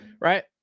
Right